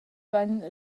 vain